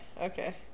Okay